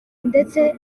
ndetse